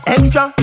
Extra